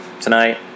tonight